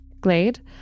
Glade